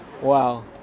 Wow